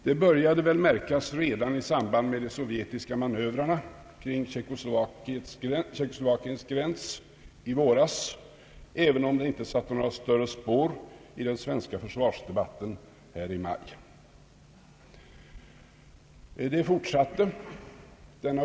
Det började väl märkas redan i samband med de sovjetiska manövrerna vid Tjeckoslovakiens gräns i våras, även om det inte satte några större spår i den svenska försvarsdebatten i maj månad.